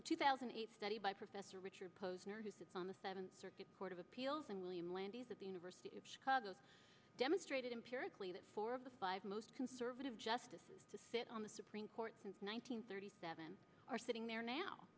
a two thousand and eight study by professor richard posner who sits on the seventh circuit court of appeals and william landis at the university of chicago demonstrated empirically that four of the five most conservative justices to sit on the supreme court in one nine hundred thirty seven are sitting there now